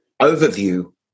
overview